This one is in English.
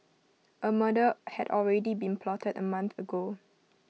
A murder had already been plotted A month ago